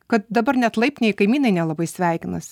kad dabar net laiptinėj kaimynai nelabai sveikinas